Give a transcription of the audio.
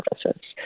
services